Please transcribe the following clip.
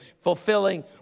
fulfilling